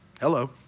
Hello